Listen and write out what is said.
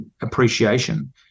appreciation